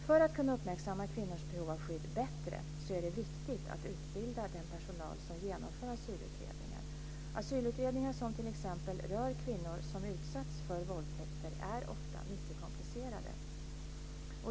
För att kunna uppmärksamma kvinnors behov av skydd bättre är det viktigt att utbilda den personal som genomför asylutredningar. Asylutredningar som t.ex. rör kvinnor som utsatts för våldtäkter är ofta mycket komplicerade.